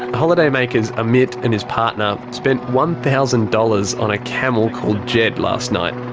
holidaymakers amit and his partner spent one thousand dollars on a camel called jed last night.